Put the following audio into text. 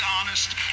honest